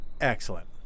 Excellent